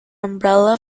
umbrella